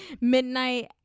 Midnight